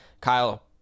Kyle